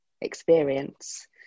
experience